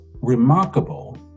remarkable